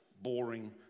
boring